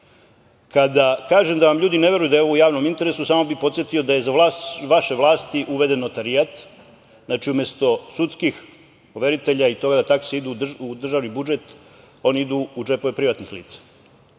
kažem da vam ljudi ne veruju da je ovo u javnom interesu samo bih podsetio da je za vreme vaše vlasti uveden notarijat. Znači, umesto sudskih overitelja i toga da takse idu u državni budžet, one idu u džepove privatnih lica